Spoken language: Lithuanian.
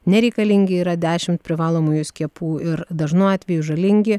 nereikalingi yra dešimt privalomųjų skiepų ir dažnu atveju žalingi